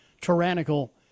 tyrannical